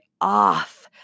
off